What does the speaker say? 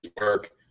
work